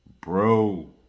bro